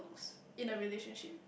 in a relationship